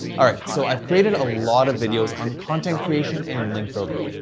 alright, so i've created a lot of videos on content creation and link building.